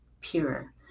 pure